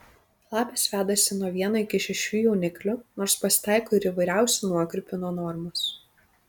lapės vedasi nuo vieno iki šešių jauniklių nors pasitaiko ir įvairiausių nuokrypių nuo normos